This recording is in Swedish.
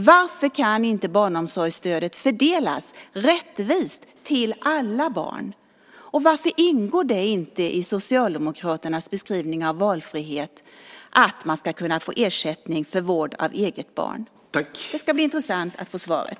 Varför kan inte barnomsorgsstödet fördelas rättvist till alla barn? Och varför ingår inte det i Socialdemokraternas beskrivning av valfrihet att man ska kunna få ersättning för vård av eget barn? Det ska bli intressant att få svaret.